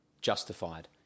justified